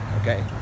okay